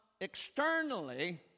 externally